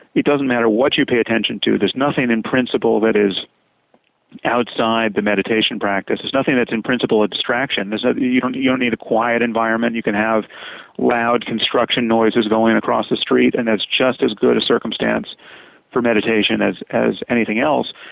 it doesn't matter what you pay attention to. there's nothing in principle that is outside the meditation practice. it's nothing that's in principle of distraction. ah you don't you don't need a quiet environment. you can have loud construction noises going across the street and it's just as good a circumstance for meditation as as anything else.